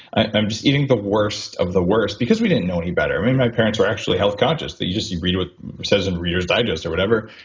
i'm just eating the worst of the worst because we didn't know any better. my parents were actually health conscious. they used read what says in reader's digest or whatever,